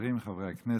שרים וחברי הכנסת,